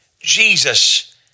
Jesus